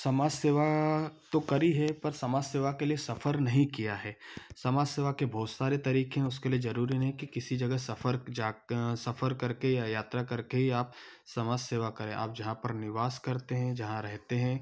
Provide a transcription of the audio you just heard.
समाज सेवा तो करी है पर समाज सेवा के लिए सफर नहीं किया है समाज सेवा के बहुत सारे तरीके हैं उसके लिए जरूरी नहीं कि किसी जगह सफर जा सफर करके या यात्रा करके ही आप समाज सेवा करें आप जहाँ पर निवास करते हैं जहाँ रहते हैं